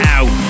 Out